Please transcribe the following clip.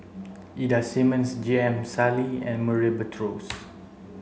Ida Simmons J M Sali and Murray Buttrose